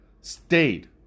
stayed